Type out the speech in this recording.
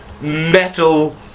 metal